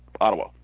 Ottawa